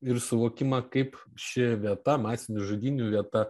ir suvokimą kaip ši vieta masinių žudynių vieta